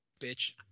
bitch